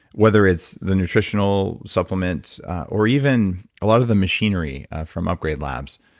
whether it's the nutritional supplements or even a lot of the machinery from upgrade labs.